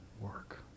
work